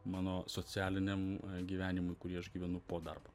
mano socialiniam gyvenimui kurį aš gyvenu po darbo